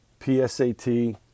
PSAT